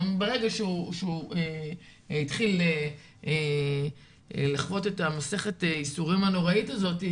ברגע שהוא התחיל לחוות את המסכת ייסורים הנוראית הזאת,